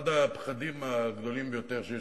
אחד הפחדים הגדולים ביותר שיש,